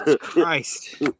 Christ